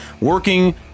Working